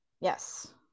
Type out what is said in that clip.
yes